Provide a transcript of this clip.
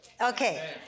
Okay